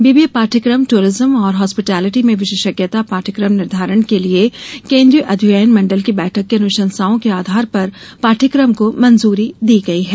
BBA पाठ्यक्रम tourism और hospitality में विशेषज्ञता पाठ्यक्रम निर्धारण के लिये केन्द्रीय अध्ययन मण्डल की बैठक की अनुशंसाओं के आधार पर पाठ्यक्रम को मंजूरी दी गई हैं